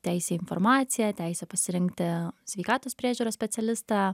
teisė į informaciją teisė pasirinkti sveikatos priežiūros specialistą